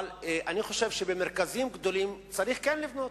אבל אני חושב שבמרכזים גדולים כן צריך לבנות.